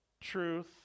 truth